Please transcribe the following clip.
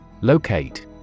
Locate